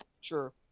Sure